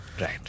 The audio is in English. right